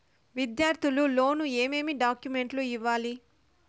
విద్యార్థులు లోను ఏమేమి డాక్యుమెంట్లు ఇవ్వాలి?